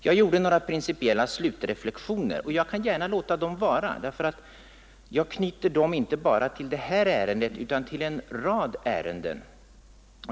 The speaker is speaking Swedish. Jag gjorde några principiella slutreflexioner i den frågan, men jag kan gärna låta dem vara, därför att jag knyter dem inte bara till detta fall utan till en rad ärenden.